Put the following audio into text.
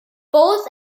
both